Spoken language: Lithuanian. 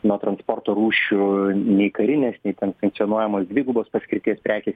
nuo transporto rūšių nei karinės nei ten sankcionuojamos dvigubos paskirties prekės